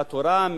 מהתורה?